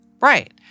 Right